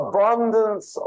Abundance